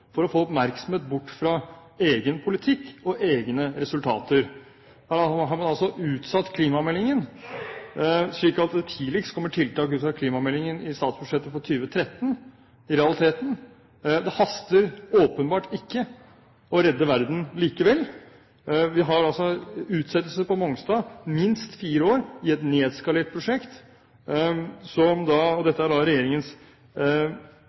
for å få oppmerksomhet bort fra egen politikk og egne resultater. Her har man altså utsatt klimameldingen, slik at det tidligst kommer tiltak ut fra klimameldingen i statsbudsjettet for 2013, i realiteten. Det haster åpenbart ikke å redde verden likevel. Vi har utsettelser på Mongstad i minst fire år i et nedskalert prosjekt, og dette er da regjeringens